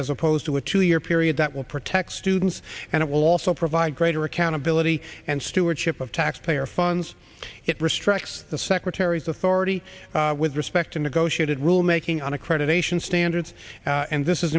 as opposed to a two year period that will protect students and it will also provide greater accountability and stewardship of taxpayer funds it restricts the secretary's authority with respect to negotiated rulemaking on accreditation standards and this